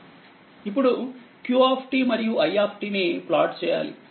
ఇప్పుడు q మరియు i ని ప్లాట్ చేయాలి